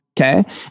Okay